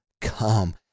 come